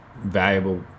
valuable